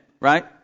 right